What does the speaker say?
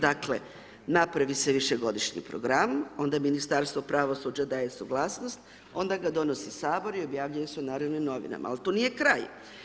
Dakle, napravi se Višegodišnji program, onda Ministarstvo pravosuđa daje suglasnost, onda ga donosi Sabor i objavljuje se u Narodnim novinama, al tu nije kraj.